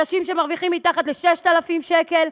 אנשים שמרוויחים מתחת ל-6,000 שקל,